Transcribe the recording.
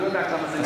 אני לא יודע כמה זה,